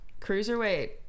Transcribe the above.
cruiserweight